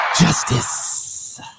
Justice